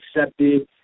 accepted